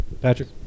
patrick